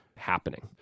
happening